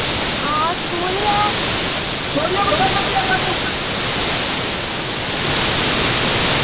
हां स्कूल गै